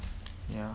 ya